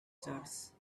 charts